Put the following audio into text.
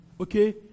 okay